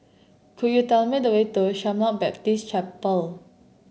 could you tell me the way to Shalom Baptist Chapel